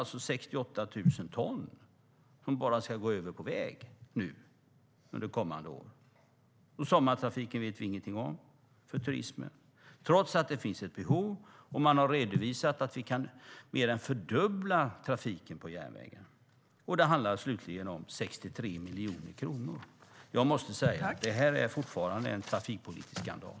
Det är 68 000 ton som ska gå över till väg under kommande år. Sommartrafiken och turismen vet vi ingenting om. Det finns ett behov. Man har redovisat att vi kan mer än fördubbla trafiken på järnvägen. Det handlar om 63 miljoner kronor. Jag måste säga att det här är en trafikpolitisk skandal.